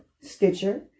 Stitcher